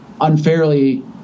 unfairly